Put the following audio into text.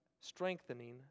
strengthening